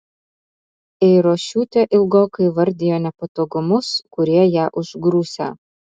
eirošiūtė ilgokai vardijo nepatogumus kurie ją užgriūsią